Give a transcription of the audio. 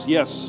Yes